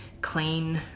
clean